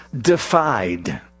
defied